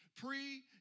Pre